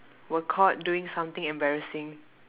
were caught doing something embarrassing